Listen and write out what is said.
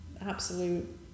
Absolute